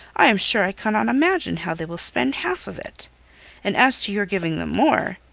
i am sure i cannot imagine how they will spend half of it and as to your giving them more,